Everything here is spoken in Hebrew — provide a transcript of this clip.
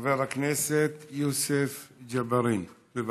חבר הכנסת יוסף ג'בארין, בבקשה.